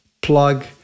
plug